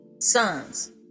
sons